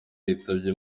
yitabye